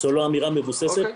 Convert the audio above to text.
זו לא אמירה מבוססת.